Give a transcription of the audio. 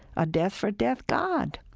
a death-for-death god